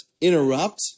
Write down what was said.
interrupt